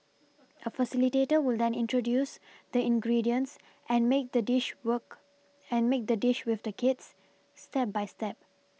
a facilitator will then introduce the ingredients and make the dish work and make the dish with the kids step by step